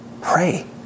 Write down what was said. Pray